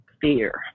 fear